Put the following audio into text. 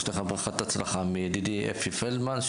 יש לך ברכת הצלחה מידידי אפי פלדמן,